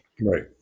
Right